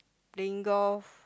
playing golf